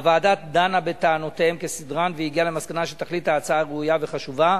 הוועדה דנה בטענותיהם כסדרן והגיעה למסקנה שתכלית ההצעה ראויה וחשובה,